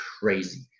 crazy